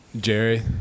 Jerry